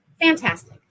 Fantastic